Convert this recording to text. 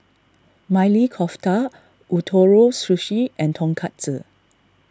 Maili Kofta Ootoro Sushi and Tonkatsu